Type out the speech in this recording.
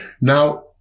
Now